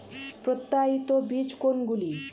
প্রত্যায়িত বীজ কোনগুলি?